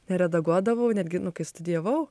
neredaguodavau netgi nu kai studijavau